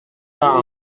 pas